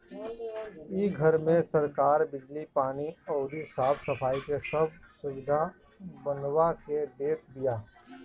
इ घर में सरकार बिजली, पानी अउरी साफ सफाई के सब सुबिधा बनवा के देत बिया